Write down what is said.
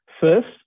First